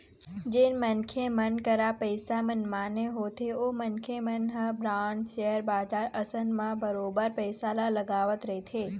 जेन मनखे मन करा पइसा मनमाने होथे ओ मनखे मन ह बांड, सेयर बजार असन म बरोबर पइसा ल लगावत रहिथे